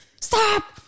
stop